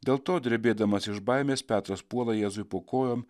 dėl to drebėdamas iš baimės petras puola jėzui po kojom